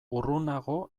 urrunago